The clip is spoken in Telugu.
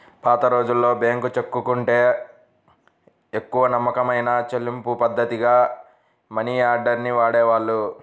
పాతరోజుల్లో బ్యేంకు చెక్కుకంటే ఎక్కువ నమ్మకమైన చెల్లింపుపద్ధతిగా మనియార్డర్ ని వాడేవాళ్ళు